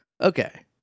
Okay